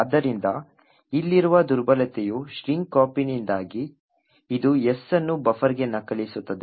ಆದ್ದರಿಂದ ಇಲ್ಲಿರುವ ದುರ್ಬಲತೆಯು strcpy ನಿಂದಾಗಿ ಇದು S ಅನ್ನು ಬಫರ್ಗೆ ನಕಲಿಸುತ್ತದೆ